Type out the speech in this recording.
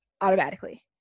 automatically